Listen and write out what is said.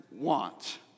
want